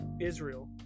Israel